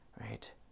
right